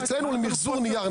אצלנו מחזור נייר,